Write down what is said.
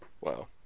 Wow